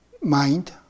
mind